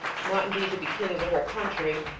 not indeed to be king of the whole country,